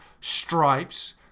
stripes